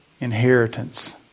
inheritance